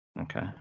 Okay